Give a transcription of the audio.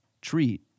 treat